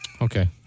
Okay